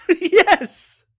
Yes